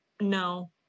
No